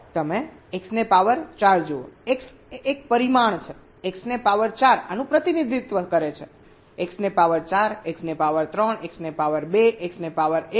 તમે x ને power 4 જુઓ x એ એક પરિમાણ છે x ને પાવર 4 આનું પ્રતિનિધિત્વ કરે છે x ને પાવર 4 x ને પાવર 3 x ને 2 પાવર x ને 1 અને x ને પાવર 0